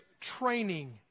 training